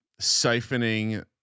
siphoning